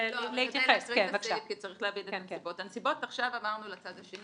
הנסיבות - עכשיו אמרנו לצד השני,